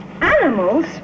Animals